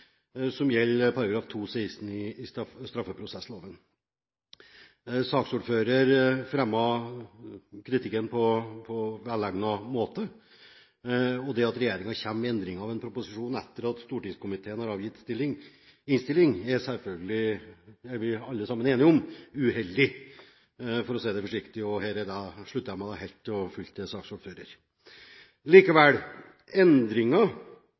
som gjelder § 216 i straffeprosessloven. Saksordføreren fremmet kritikken på velegnet måte. Det at regjeringen kommer med en endring av en proposisjon etter at stortingskomiteen har avgitt innstilling, er selvfølgelig – det er vi alle enige om – uheldig, for å si det forsiktig. Jeg slutter meg her helt og fullt til saksordføreren. Likevel